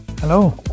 Hello